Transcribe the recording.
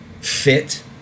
fit